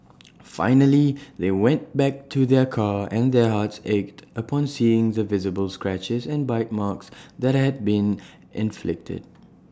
finally they went back to their car and their hearts ached upon seeing the visible scratches and bite marks that had been inflicted